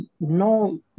no